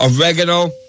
Oregano